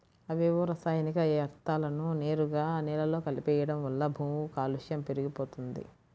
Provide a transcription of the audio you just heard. అవేవో రసాయనిక యర్థాలను నేరుగా నేలలో కలిపెయ్యడం వల్ల భూకాలుష్యం పెరిగిపోతంది